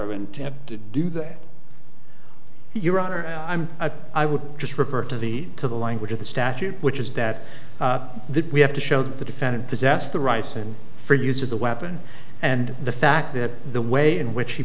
of intent to do that your honor i'm a i would just refer to the to the language of the statute which is that the we have to show that the defendant possessed the rice and for use as a weapon and the fact that the way in which